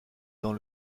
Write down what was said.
dans